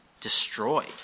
destroyed